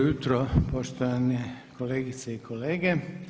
jutro, poštovane kolegice i kolege.